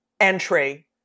entry